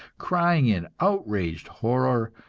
crying in outraged horror,